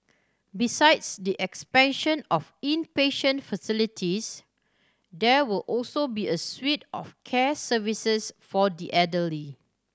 besides the expansion of inpatient facilities there will also be a suite of care services for the elderly